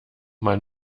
man